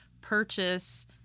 purchase